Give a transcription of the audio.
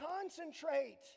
concentrate